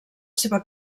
seva